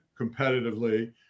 competitively